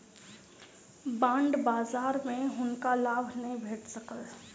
bond बजार में हुनका लाभ नै भेट सकल